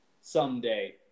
someday